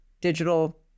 digital